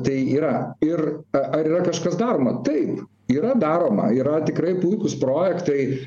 tai yra ir a ar yra kažkas daroma taip yra daroma yra tikrai puikūs projektai